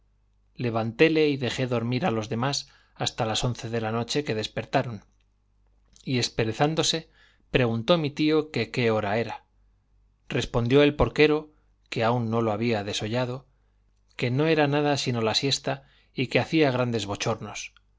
levantéle y dejé dormir a los demás hasta las once de la noche que despertaron y esperezándose preguntó mi tío que qué hora era respondió el porquero que aún no la había desollado que no era nada sino la siesta y que hacía grandes bochornos